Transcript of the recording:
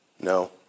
No